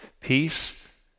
peace